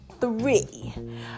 three